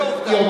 זו עובדה.